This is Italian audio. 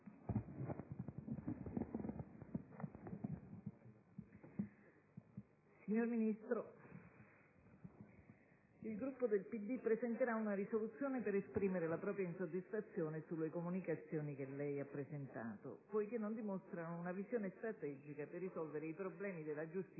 signor Ministro, il Gruppo del PD presenterà una proposta di risoluzione per esprimere la propria insoddisfazione sulle comunicazioni che lei ha presentato poiché non dimostrano una visione strategica per risolvere i problemi della giustizia